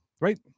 right